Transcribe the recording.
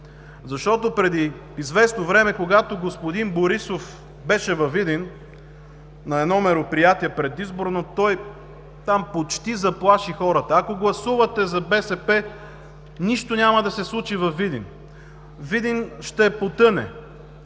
година. Преди известно време, когато господин Борисов беше във Видин на едно предизборно мероприятие, той там почти заплаши хората – ако гласувате за БСП нищо няма да се случи във Видин, Видин ще потъне.